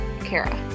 Kara